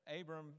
Abram